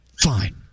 Fine